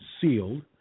sealed